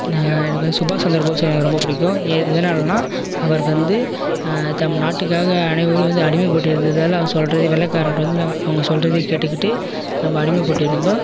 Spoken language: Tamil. எனக்கு வந்து சுபாஷ்சந்திரபோஸை ரொம்ப பிடிக்கும் எ எதனாலன்னா அவர் வந்து நம் நாட்டுக்காக அனைவரும் வந்து அடிமைப்பட்டு இருந்ததால் அவங்க சொல்கிறதே வெள்ளைக்காரன்கிட்ட வந்து அவங்க சொல்றதையே கேட்டுக்கிட்டு நம்ம அடிமைப்பட்டு இருந்தோம்